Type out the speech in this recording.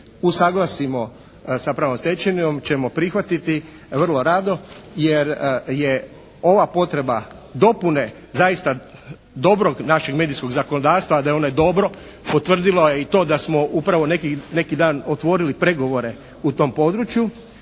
usaglasimo sa pravnom stečevinom ćemo prihvatiti vrlo rado jer je ova potreba dopune zaista dobrog našeg medijskog zakonodavstva da je ono dobro potvrdilo je i to da smo upravo neki dan otvorili pregovore u tom području